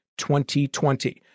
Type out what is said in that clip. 2020